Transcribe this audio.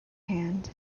hand